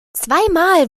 zweimal